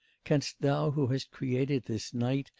canst thou who hast created this night,